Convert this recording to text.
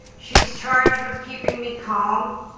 she's charged with keeping me calm,